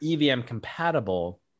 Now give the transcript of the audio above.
EVM-compatible